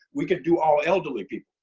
we could do all elderly people.